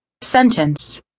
Sentence